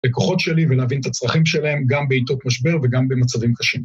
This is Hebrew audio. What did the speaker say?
לקוחות שלי ולהבין את הצרכים שלהם גם בעיתות משבר וגם במצבים קשים.